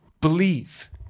believe